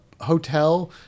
hotel